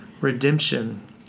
redemption